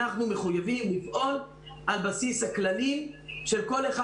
אנחנו מחויבים לפעול על הבסיס הכללים ש כל אחד